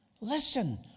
Listen